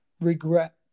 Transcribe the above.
regret